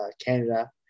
Canada